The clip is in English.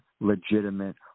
legitimate